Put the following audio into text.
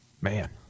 man